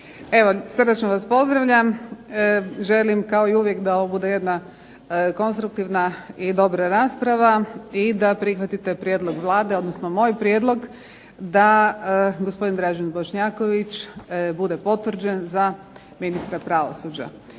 Evo, srdačno vas pozdravljam, želim kao i uvijek da ovo bude jedna dobra i konstruktivna rasprava i da prihvatite prijedlog Vlade odnosno moj prijedlog, da gospodin Dražen Bošnjaković bude potvrđen za ministra pravosuđa.